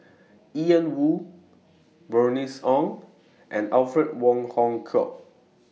Ian Woo Bernice Ong and Alfred Wong Hong Kwok